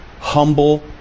Humble